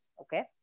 okay